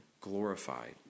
glorified